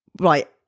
right